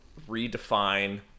redefine